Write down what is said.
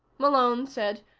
malone said.